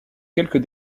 quelques